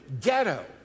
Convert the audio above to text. ghetto